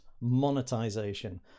Monetization